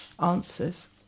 answers